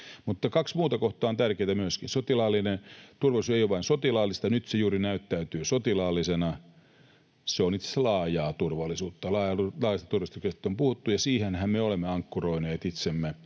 Kaksi muuta kohtaa ovat tärkeitä myöskin: Turvallisuus ei ole vain sotilaallista, vaikka nyt se juuri näyttäytyy sotilaallisena. Se on itse asiassa laajaa turvallisuutta. Laaja-alaisesta turvallisuuskäsityksestä on puhuttu, ja siihenhän me olemme ankkuroineet itsemme,